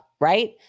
right